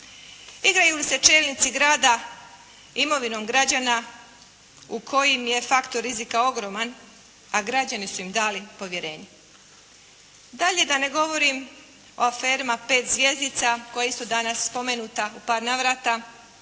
Igraju li se čelnici grada imovinom građana u kojim je faktor rizika ogroman, a građani su im dali povjerenje. Dalje, da ne govorim o aferama 5 zvjezdica koja je isto danas spomenuta u par navrata,